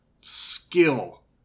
skill